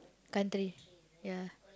country ya